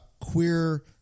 queer